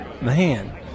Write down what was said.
Man